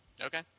Okay